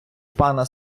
пана